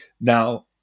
Now